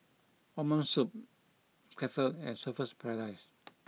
O'ma Spoon Kettle and Surfer's Paradise